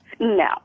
No